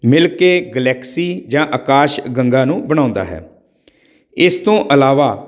ਮਿਲ ਕੇ ਗਲੈਕਸੀ ਜਾਂ ਆਕਾਸ਼ ਗੰਗਾ ਨੂੰ ਬਣਾਉਂਦਾ ਹੈ ਇਸ ਤੋਂ ਇਲਾਵਾ